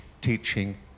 teaching